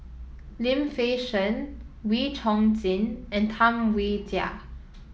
Lim Fei Shen Wee Chong Jin and Tam Wai Jia